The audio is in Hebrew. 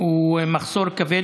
הוא הצעות דחופות